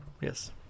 yes